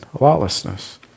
lawlessness